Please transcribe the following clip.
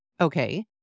Okay